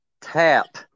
tap